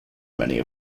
many